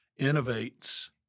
innovates—